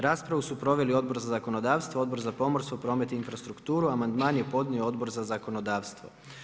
Raspravu su proveli Odbor za zakonodavstvo, Odbor za pomorstvo, promet i infrastrukturu a amandman je podnio Odbor za zakonodavstvo.